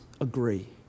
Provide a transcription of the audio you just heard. agree